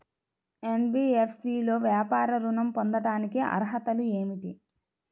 NBFC లో వ్యాపార ఋణం పొందటానికి అర్హతలు ఏమిటీ?